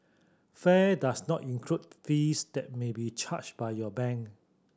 fare does not include fees that may be charged by your bank